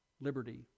liberty